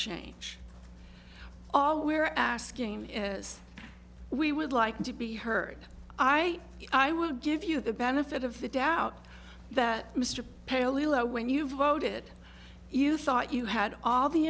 change all we're asking is we would like to be heard i i would give you the benefit of the doubt that mr paley low when you voted you thought you had all the